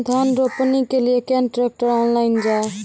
धान रोपनी के लिए केन ट्रैक्टर ऑनलाइन जाए?